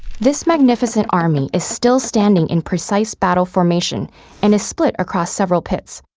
this magnificent army is still standing in precise battle formation and is split across several pits.